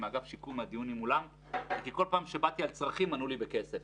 מעל 2,000 נסקרים, הדבר היחיד שהם ביקשו הוא יחס.